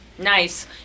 Nice